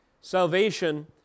salvation